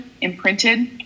imprinted